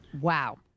Wow